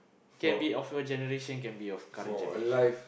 can be of your generation can be of current generation